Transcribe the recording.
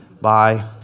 Bye